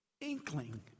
inkling